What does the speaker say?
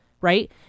Right